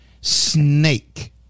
Snake